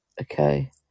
okay